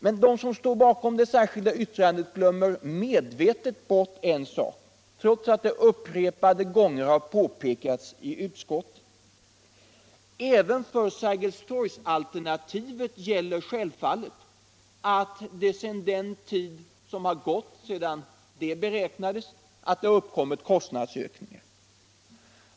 Men de som står för det särskilda yttrandet glömmer medvetet bort en sak, trots att den upprepade gånger har påpekats i utskottet. Även för alternativet Sergels torg gäller självfallet att det under den tid som har gått sedan det kostnadsberäknades sist har uppkommit kostnadsökningar.